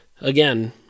again